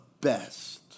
best